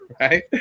Right